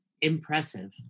impressive